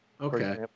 Okay